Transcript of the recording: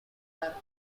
are